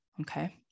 Okay